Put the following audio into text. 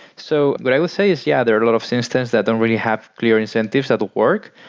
so what i would say is yeah, there are a lot of systems that don't really have clear incentives at work,